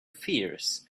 fears